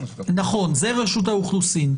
זה כן רשות האוכלוסין.